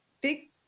big